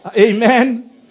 Amen